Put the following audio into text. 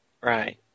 Right